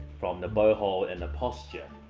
from the bow hold and the posture.